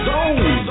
Zone